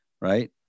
right